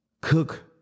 cook